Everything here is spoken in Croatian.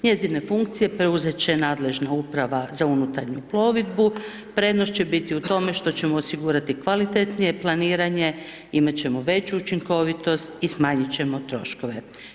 Njezine funkcije preuzeti će nadležna uprava za unutarnju plovidbu, prednost će biti u tome što ćemo osigurati kvalitetnije planiranje imati ćemo veću učinkovitost i smanjiti ćemo troškove.